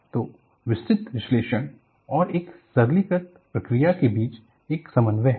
तो विस्तृत विश्लेषण और एक सरलीकृत प्रक्रिया के बीच एक समन्वय है